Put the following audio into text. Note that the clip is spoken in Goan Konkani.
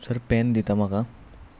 सर पॅन दिता म्हाका